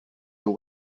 the